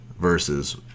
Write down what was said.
versus